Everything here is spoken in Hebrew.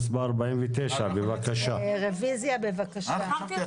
ב --- ובן כמה נתניהו, אתה יודע, רון כץ?